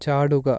ചാടുക